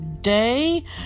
day